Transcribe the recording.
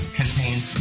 contains